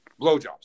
blowjobs